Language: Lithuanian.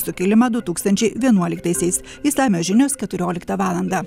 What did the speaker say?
sukilimą du tūkstančiai vienuoliktaisiais išsamios žinios keturioliktą valandą